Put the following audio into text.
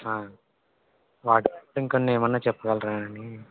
వాటిల్లో ఇంకొన్ని ఏమన్నా చెప్పగలరా అని